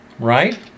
right